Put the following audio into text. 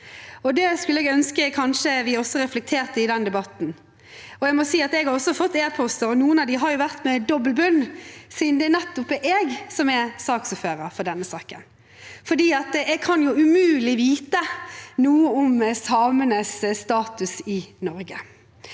Det skulle jeg kanskje ønske at vi også reflekterte i denne debatten. Jeg har også fått e-poster, og noen av dem har hatt dobbel bunn, siden det er nettopp jeg som er saksordfører for denne saken. Jeg kan jo umulig vite noe om samenes status i Norge.